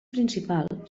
principal